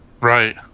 Right